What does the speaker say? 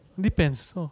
Depends